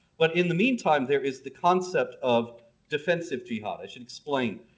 but in the meantime there is the concept of defensive jihad. i should explain.